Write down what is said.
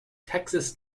texas